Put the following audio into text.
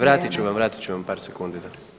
Vratit ću vam, vratit ću vam par sekundi.